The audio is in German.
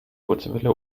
kurzwelle